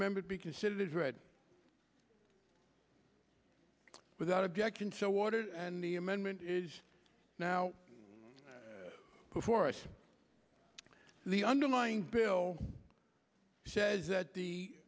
a member to be considered as read without objection so watered and the amendment is now before us the underlying bill says that the